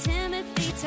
Timothy